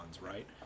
right